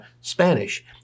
Spanish